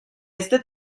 este